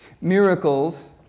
Miracles